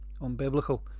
unbiblical